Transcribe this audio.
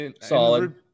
Solid